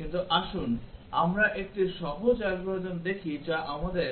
কিন্তু আসুন আমরা একটি সহজ অ্যালগরিদম দেখি যা আমাদের